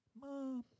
Mom